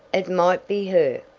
it might be her,